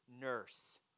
nurse